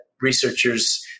researchers